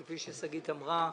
כפי ששגית אמרה,